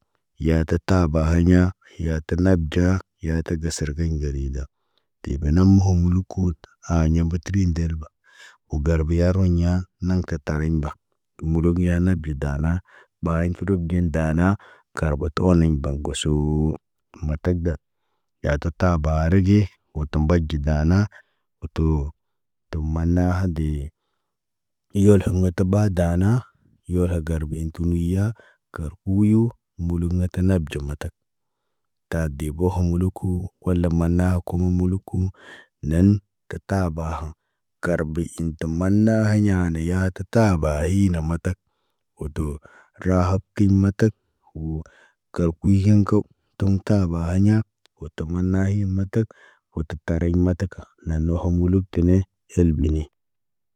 Yaa ta taab bahiɲa, ya ta nab ɟa, ya tak sarbeɲ garida. Tiba nam hom lukuud, haɲa mbitərim delba. Ugarbeya roɲa, naŋg kə tariɲ ba, mulgiya na bida na. Ɓaayen fuduk ge daana, karɓo toonen mbaŋg gosuu, matak ga. Yatu tabaraa ge, wo tu mbaɟu daanaa, wo too, to manna hade. Iɲol hoŋgə tə ɓa daana, yolha garbeyintu muya, kar kuyu, muluk nata nap ɟamatak. Taa deboh mulukuu, wol la manaku muluku, neen tə taabahaŋg. Karbisiŋg tumanna haɲa, hana yaatək taaba hiina matak. Wodo, rahab kiɲ matak, wo kalkujiŋg kaw tum taaba haɲa, wo tu manna hin matak, wo tə tariɲ mataka, naano oho muluk tine elbene.